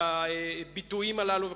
את הביטויים הללו.